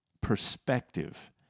perspective